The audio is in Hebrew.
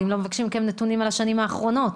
אם לא מבקשים מכם נתונים על השנים האחרונות?